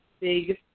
big